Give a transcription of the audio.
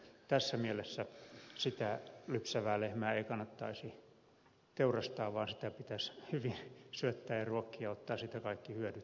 tässä mielessä sitä lypsävää lehmää ei kannattaisi teurastaa vaan sitä pitäisi hyvin syöttää ja ruokkia ja ottaa siitä kaikki hyödyt